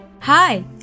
Hi